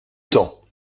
temps